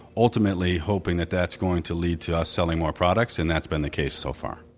ultimately hoping that that's going to lead to us selling more products, and that's been the case so far.